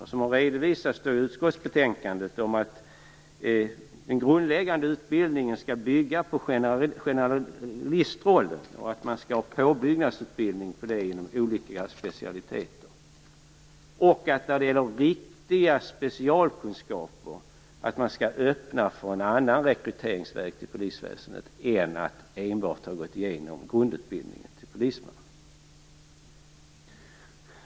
I utskottets betänkande har också redovisats att den grundläggande utbildningen skall bygga på generalistrollen, och att man skall ha påbyggnadsutbildning ovanpå den inom olika specialiteter. När det gäller riktiga specialkunskaper skall man öppna en annan rekryteringsväg till polisväsendet än att enbart ha gått igenom grundutbildningen till polisman.